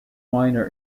minor